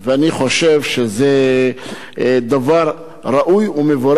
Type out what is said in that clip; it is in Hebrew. אני חושב שזה דבר ראוי ומבורך,